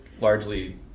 largely